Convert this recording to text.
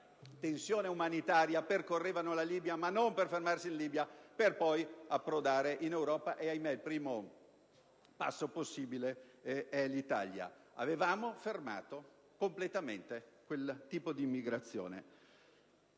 tensione umanitaria percorrevano la Libia, non per fermarsi in quel Paese ma per approdare in Europa: e - ahimè! - il primo passo possibile è l'Italia. Avevamo fermato completamente quel tipo di immigrazione.